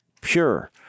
pure